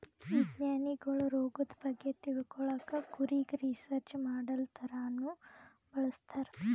ವಿಜ್ಞಾನಿಗೊಳ್ ರೋಗದ್ ಬಗ್ಗೆ ತಿಳ್ಕೊಳಕ್ಕ್ ಕುರಿಗ್ ರಿಸರ್ಚ್ ಮಾಡಲ್ ಥರಾನೂ ಬಳಸ್ತಾರ್